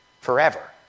forever